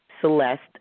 Celeste